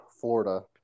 Florida